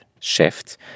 shift